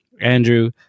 Andrew